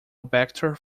vector